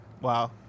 Wow